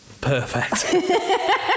Perfect